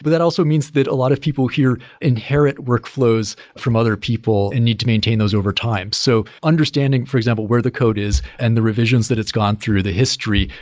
but that also means that a lot of people here inherit workflows from other people and need to maintain those over time. so understanding for example, where the code is and the revisions that it's gone through the history,